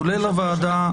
כולל הוועדה הזו.